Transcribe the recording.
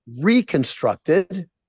reconstructed